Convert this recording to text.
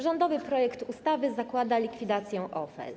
Rządowy projekt ustawy zakłada likwidację OFE.